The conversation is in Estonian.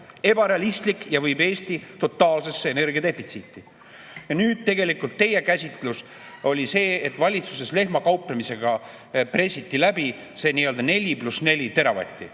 ebarealistlik, ja viib Eesti totaalsesse energiadefitsiiti. Ja nüüd tegelikult teie käsitlus oli see, et valitsuses lehmakauplemisega pressiti läbi see 4 + 4 teravatti.